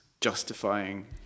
justifying